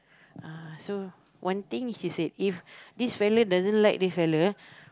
uh so one thing he said if this fella doesn't like this fella